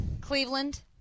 Cleveland